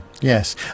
yes